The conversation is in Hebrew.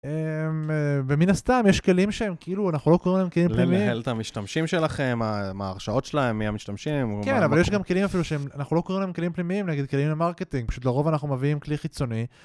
המ... ומן הסתם יש כלים שהם כאילו אנחנו לא קוראים להם כלים פנימיים. לנהל את המשתמשים שלכם, ה... המ... ההרשאות שלהם, מי המשתמשים... כן אבל יש גם כלים, אפילו שאנחנו לא קוראים להם כלים פנימיים, נגיד כלים למרקטינג, פשוט לרוב אנחנו מביאים כלי חיצוני.